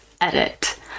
edit